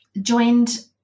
joined